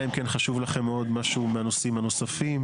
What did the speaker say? אלא אם כן חשוב לכם מאוד משהו מהנושאים הנוספים,